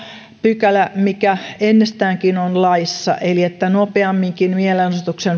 pykälä mikä ennestäänkin on laissa eli että nopeamminkin mielenosoituksen